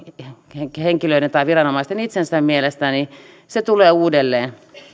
viranomaisten itsensä mielestä tulee uudelleen